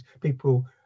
people